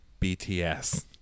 BTS